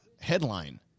headline